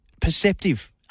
perceptive